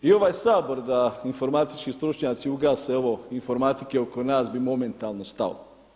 I ovaj Sabor da informatički stručnjaci ugase ovo informatike oko nas bi momentalno stao.